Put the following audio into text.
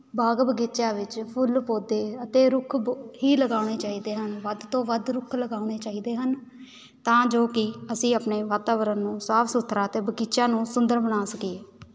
ਬਾਗ ਬਗੀਚਿਆਂ ਵਿੱਚ ਫੁੱਲ ਪੌਦੇ ਅਤੇ ਰੁੱਖ ਬ ਹੀ ਲਗਾਉਣੇ ਚਾਹੀਦੇ ਹਨ ਵੱਧ ਤੋਂ ਵੱਧ ਰੁੱਖ ਲਗਾਉਣੇ ਚਾਹੀਦੇ ਹਨ ਤਾਂ ਜੋ ਕਿ ਅਸੀਂ ਆਪਣੇ ਵਾਤਾਵਰਨ ਨੂੰ ਸਾਫ ਸੁਥਰਾ ਅਤੇ ਬਗੀਚਿਆਂ ਨੂੰ ਸੁੰਦਰ ਬਣਾ ਸਕੀਏ